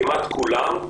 כמעט כולן,